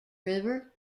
river